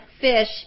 fish